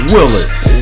Willis